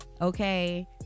Okay